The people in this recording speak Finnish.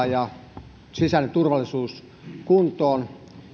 ja sisäinen turvallisuus kuntoon